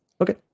Okay